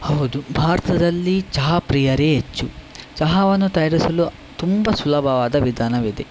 ಹೌದು ಭಾರತದಲ್ಲಿ ಚಹಾ ಪ್ರಿಯರೇ ಹೆಚ್ಚು ಚಹಾವನ್ನು ತಯಾರಿಸಲು ತುಂಬ ಸುಲಭವಾದ ವಿಧಾನವಿದೆ